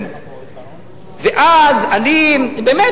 באמת,